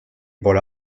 pole